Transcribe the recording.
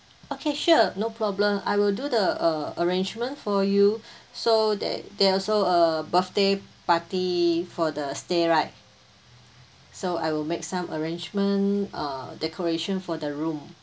okay sure no problem I will do the uh arrangement for you so that there are also a birthday party for the stay right so I will make some arrangement uh decoration for the room